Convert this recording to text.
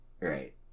right